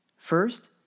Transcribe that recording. First